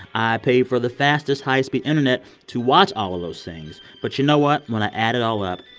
i pay for the fastest high-speed internet to watch all of those things. but you know what? when i add it all up,